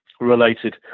related